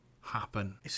happen